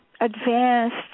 advanced